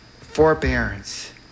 forbearance